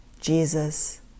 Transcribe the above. Jesus